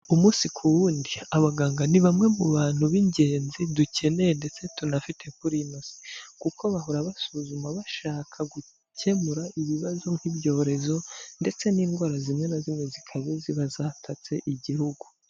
Umunsi ku wundi abaganga ni bamwe mu bantu b'ingenzi dukeneye ndetse tunafite kuri ino si, kuko bahora basuzuma bashaka gukemura ibibazo nk'ibyorezo ndetse n'indwara zimwe na zimwe zikaze ziba zatatse igihugu.